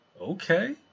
Okay